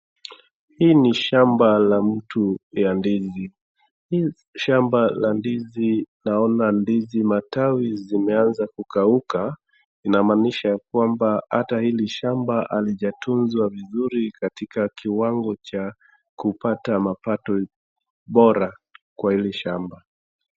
Hii ni shamba la mtu ya ndizi. Hii shamba la ndizi naona matawi zimeanza kukauka inamaanisha ya kwamba hata hili shamba halijatunzwa vizuri katika kiwango cha kupata mapato bora kwa hili shamba.